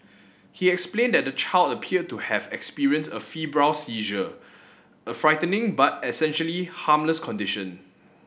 he explained that the child appeared to have experienced a febrile seizure a frightening but essentially harmless condition